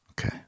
Okay